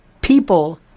people